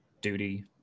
duty